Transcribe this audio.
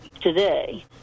today